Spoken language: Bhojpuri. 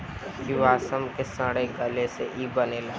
जीवाश्म के सड़े गले से ई बनेला